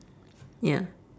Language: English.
ya